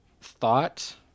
thought